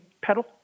pedal